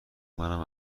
منم